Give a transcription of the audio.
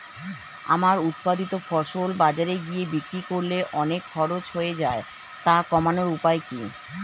আমার উৎপাদিত ফসল বাজারে গিয়ে বিক্রি করলে অনেক খরচ হয়ে যায় তা কমানোর উপায় কি?